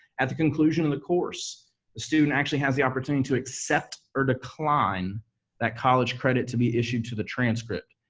at the conclusion of the course the student actually has the opportunity to accept or decline that college credit to be issued to the transcript,